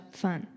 fun